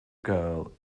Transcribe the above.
girl